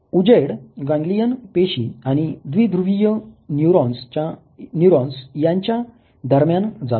उजेड गॅंगलियॉन पेशी आणि द्विध्रुवीय न्यूरॉन्स यांच्या दरम्यान जातो